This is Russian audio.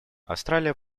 австралия